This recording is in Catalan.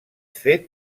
fet